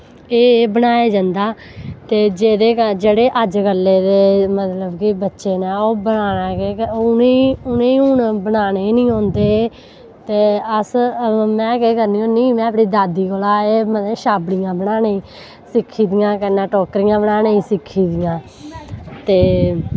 एह् बनाया जंदा जेह्ड़े अज्जे कल्ले दे मतलव कि बच्चे न ओह् बनाना केह् के उनेंगी हून बनाने नी औंदे ते अस में केह् करनी होन्नी में अपनी दादी कोला एह् मतलव कि छाबड़ियां बनाने सिक्खी दियां कन्नै टोकरियां बनाने सिक्खी दियां ते